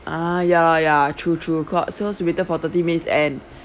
ah ya ya true true co~ so so you waited for thirty minutes and